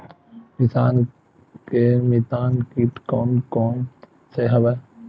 किसान के मितान कीट कोन कोन से हवय?